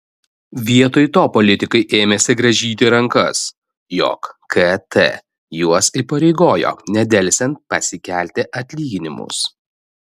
vietoj to politikai ėmėsi grąžyti rankas jog kt juos įpareigojo nedelsiant pasikelti atlyginimus